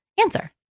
answer